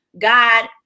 God